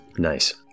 Nice